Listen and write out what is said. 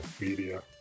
media